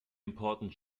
important